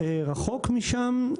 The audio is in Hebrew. רחוק משם,